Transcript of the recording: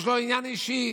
יש לו עניין אישי,